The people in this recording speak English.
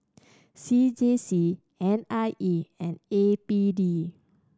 C J C N I E and A B D